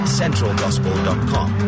centralgospel.com